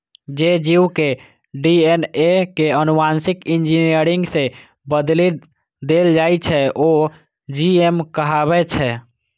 जे जीव के डी.एन.ए कें आनुवांशिक इंजीनियरिंग सं बदलि देल जाइ छै, ओ जी.एम कहाबै छै